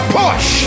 push